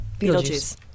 Beetlejuice